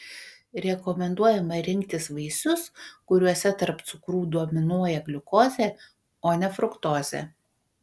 rekomenduojama rinktis vaisius kuriuose tarp cukrų dominuoja gliukozė o ne fruktozė